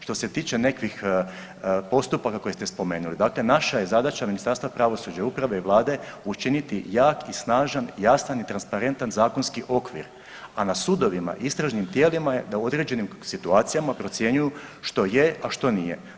Što se tiče nekih postupaka koje ste spomenuli, dakle naša je zadaća Ministarstva pravosuđa i uprave i Vlade učiniti jak i snažan, jasan i transparentan zakonski okvir, a na sudovima, istražnim tijelima je da u određenim situacijama procjenjuju što je, a što nije.